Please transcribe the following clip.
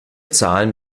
zahlen